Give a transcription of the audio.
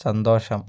സന്തോഷം